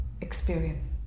experience